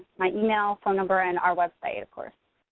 my email, phone number and our website, of course.